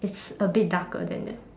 it's a bit darker than that